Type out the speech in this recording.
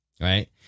right